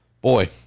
boy